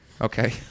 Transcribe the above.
Okay